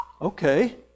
Okay